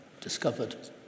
discovered